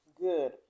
good